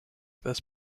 this